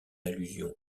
allusion